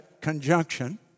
conjunction